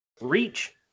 Reach